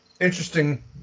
interesting